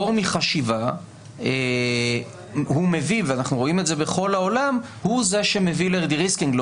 פטור מחשיבה הוא זה שמביא ל-de-risking מחדש,